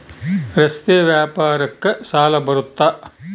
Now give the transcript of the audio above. ರಸ್ತೆ ವ್ಯಾಪಾರಕ್ಕ ಸಾಲ ಬರುತ್ತಾ?